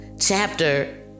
chapter